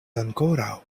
ankoraŭ